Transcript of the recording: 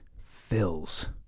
fills